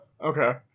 Okay